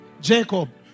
Jacob